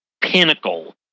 pinnacle